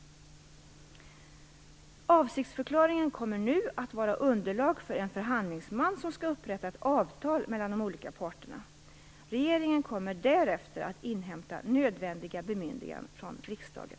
Avsiktsförklaringen kommer nu att vara underlag för en förhandlingsman som skall upprätta ett avtal mellan de olika parterna. Regeringen kommer därefter att inhämta nödvändiga bemyndiganden från riksdagen.